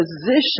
position